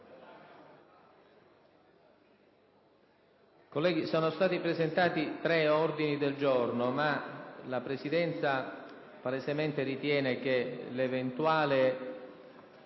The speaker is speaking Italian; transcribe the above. dicevo, sono stati presentati tre ordini del giorno, ma la Presidenza ritiene che l'eventuale